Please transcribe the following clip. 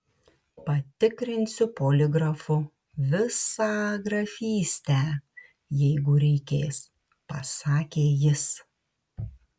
patikrinsiu poligrafu visą grafystę jeigu reikės pasakė jis